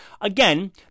Again